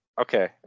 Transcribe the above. Okay